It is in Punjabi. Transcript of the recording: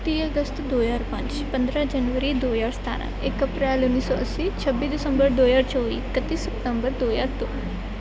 ਤੀਹ ਅਗਸਤ ਦੋ ਹਜ਼ਾਰ ਪੰਜ ਪੰਦਰਾਂ ਜਨਵਰੀ ਦੋ ਹਜ਼ਾਰ ਸਤਾਰਾਂ ਇੱਕ ਅਪ੍ਰੈਲ ਉੱਨੀ ਸੌ ਅੱਸੀ ਛੱਬੀ ਦਸੰਬਰ ਦੋ ਹਜ਼ਾਰ ਚੌਵੀ ਇਕੱਤੀ ਸਤੰਬਰ ਦੋ ਹਜ਼ਾਰ ਦੋ